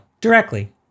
Directly